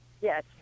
Yes